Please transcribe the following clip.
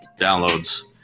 downloads